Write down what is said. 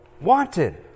wanted